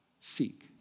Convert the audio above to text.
seek